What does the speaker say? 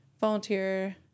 volunteer